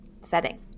setting